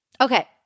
Okay